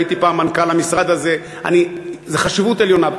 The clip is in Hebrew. הייתי פעם מנכ"ל המשרד הזה, זו חשיבות עליונה.